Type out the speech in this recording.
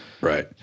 Right